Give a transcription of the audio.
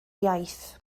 iaith